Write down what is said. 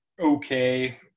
okay